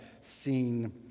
seen